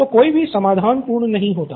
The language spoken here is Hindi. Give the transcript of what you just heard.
तो कोई भी समाधान पूर्ण नहीं होता